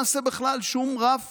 בוא לא נעשה בכלל שום רף